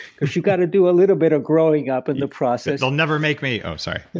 because you've got to do a little bit of growing up in the process. they'll never make me. oh, so